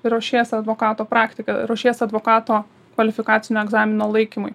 ruošiesi advokato praktikai ruošiesi advokato kvalifikacinio egzamino laikymui